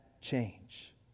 change